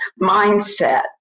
mindset